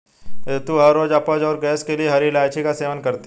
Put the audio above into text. रितु हर रोज अपच और गैस के लिए हरी इलायची का सेवन करती है